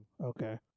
Okay